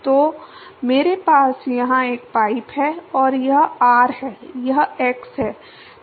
तो मेरे पास यहाँ एक पाइप है और यह r है यह x है